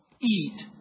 eat